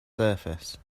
surface